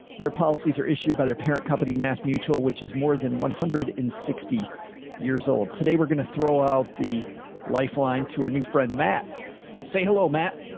their policies are issued by their parent company, mass mutual, which is more than one hundred and sixty years old today. we're going to throw out the lifeline to our new friend, matt say hello, matt.